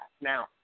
Now